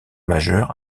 majeur